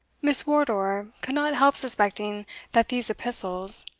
miss wardour could not help suspecting that these epistles,